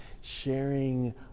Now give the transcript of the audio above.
sharing